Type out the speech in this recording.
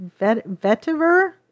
vetiver